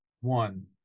one